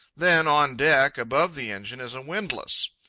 then, on deck, above the engine, is a windlass.